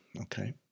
Okay